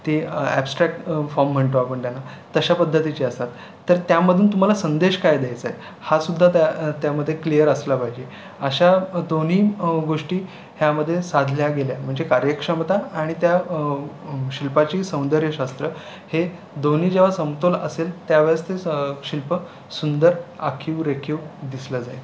ती abstract form म्हणतो आपण त्यांना तशा पद्धतीचे असतात तर त्यामधून तुम्हाला संदेश काय द्यायचा आहे हासुद्धा त्या त्यामध्ये क्लिअर असला पाहिजे अशा दोन्ही गोष्टी ह्यामध्ये साधल्या गेल्या म्हणजे कार्यक्षमता आणि त्या शिल्पाची सौंदर्य शास्त्र हे दोन्ही जेव्हा समतोल असेल त्यावेळेस ते स शिल्प सुंदर आखीव रेखीव दिसलं जाईल